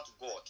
God